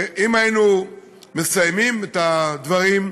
אם היינו מסיימים את הדברים,